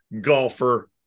Golfer